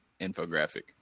infographic